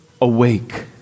awake